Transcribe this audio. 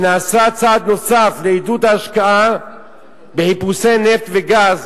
ונעשה צעד נוסף לעידוד ההשקעה בחיפושי נפט וגז